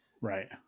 right